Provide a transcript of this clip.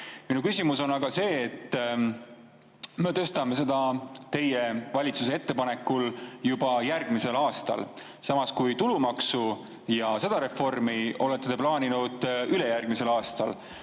Minu küsimus on aga selle kohta, et me tõstame seda teie valitsuse ettepanekul juba järgmisel aastal, samas tulumaksureformi olete te plaaninud ülejärgmisesse aastasse.